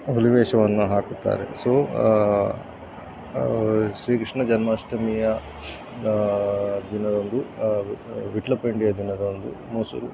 ಹುಲಿ ವೇಷವನ್ನು ಹಾಕುತ್ತಾರೆ ಸೊ ಶ್ರೀಕೃಷ್ಣ ಜನ್ಮಾಷ್ಟಮಿಯ ದಿನದಂದು ವಿಟ್ಲಪಿಂಡಿಯ ದಿನದಂದು ಮೊಸರು